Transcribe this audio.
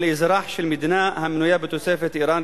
או לאזרח של מדינה המנויה בתוספת: אירן,